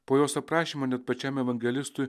po jos aprašymo net pačiam evangelistui